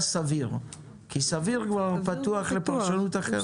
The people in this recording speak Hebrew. "סביר" כי סביר פתוח לפרשנות אחרת.